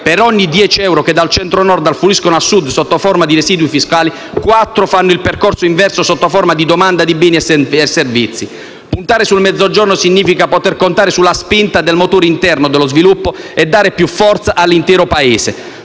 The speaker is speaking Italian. Per ogni 10 euro che dal Centro Nord affluiscono al Sud sotto forma di residui fiscali, 4 euro fanno il percorso inverso sotto forma di domanda di beni e servizi. Puntare sul Mezzogiorno significa poter contare sulla spinta del motore interno dello sviluppo e dare più forza all'intero Paese: